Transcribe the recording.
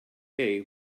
hay